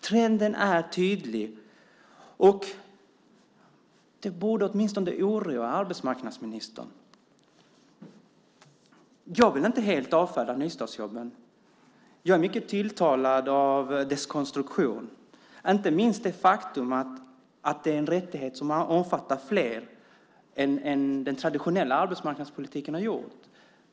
Trenden är tydlig, och det borde åtminstone oroa arbetsmarknadsministern. Jag vill inte helt avfärda nystartsjobben. Jag är mycket tilltalad av deras konstruktion, inte minst av det faktum att det är en rättighet som omfattar fler än den traditionella arbetsmarknadspolitiken har gjort.